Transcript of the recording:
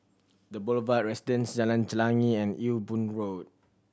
The Boulevard Residence Jalan Chelagi and Ewe Boon Road